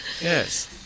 Yes